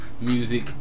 music